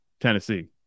Tennessee